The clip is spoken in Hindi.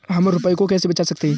हम रुपये को कैसे बचा सकते हैं?